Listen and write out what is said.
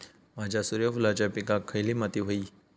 माझ्या सूर्यफुलाच्या पिकाक खयली माती व्हयी?